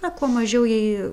na kuo mažiau jai